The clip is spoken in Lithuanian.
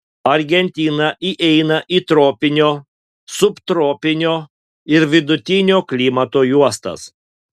argentina įeina į tropinio subtropinio ir vidutinio klimato juostas